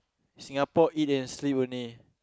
Singapore eat and sleep only